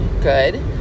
good